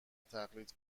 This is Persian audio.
تقلید